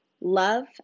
love